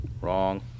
Wrong